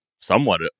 somewhat